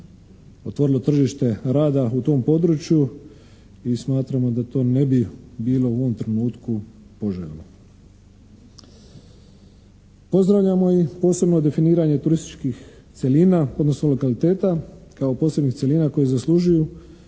otvorilo tržište rada u tom području i smatramo da to ne bi bilo u ovom trenutku poželjno. Pozdravljamo i posebno definiranje turističkih cjelina odnosno lokaliteta kao posebnih cjelina koji zaslužuju